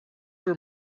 were